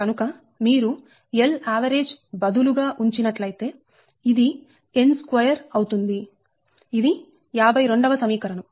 కనుక మీరు Lavg బదులుగా ఉంచినట్లయితే ఇది n2 అవుతుంది ఇది 52 వ సమీకరణం